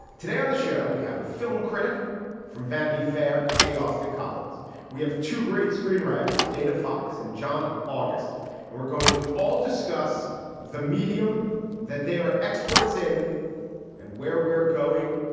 today on the show. we have a film critic from vanity fair. kay austen collins we have two great screenwriters dana fox and john august and we're going to all discuss the medium that they are experts in and where we're going.